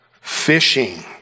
fishing